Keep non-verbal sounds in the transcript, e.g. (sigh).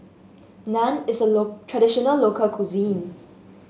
naan is a (unintelligible) traditional local cuisine